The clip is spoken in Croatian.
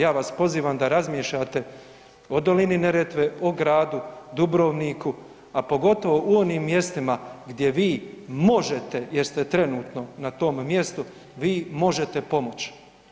Ja vas pozivam da razmišljate o dolini Neretve, o Gradu Dubrovniku, a pogotovo u onim mjestima gdje vi možete jer ste trenutno na tom mjestu vi možete pomoći.